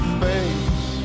face